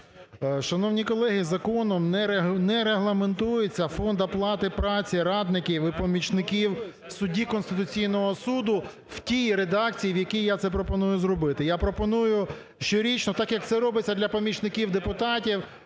Шановні колеги, законом не регламентується фонд оплати праці радників і помічників судді Конституційного Суду в тій редакції, в якій я це пропоную зробити. Я пропоную щорічно – так, як це робиться для помічників депутатів